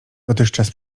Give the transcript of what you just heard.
dotychczas